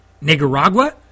Nicaragua